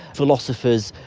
philosophers.